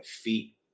feet